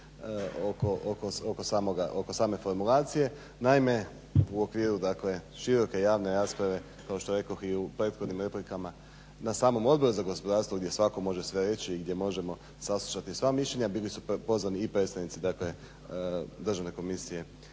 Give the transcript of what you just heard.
oko same formulacije, naime u okviru široke javne rasprave kao što rekoh u prethodnim replikama na samom Odboru za gospodarstvo gdje svatko može sve reći i gdje možemo saslušati sva mišljenja, bili su pozvani i predstavnici dakle Državne komisije